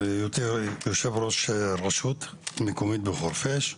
כיושב ראש רשות מקומית בחורפיש.